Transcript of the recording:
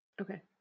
Okay